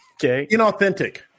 Inauthentic